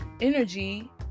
energy